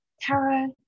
tara